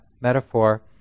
metaphor